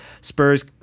Spurs